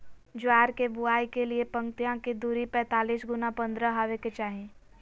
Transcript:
ज्वार के बुआई के लिए पंक्तिया के दूरी पैतालीस गुना पन्द्रह हॉवे के चाही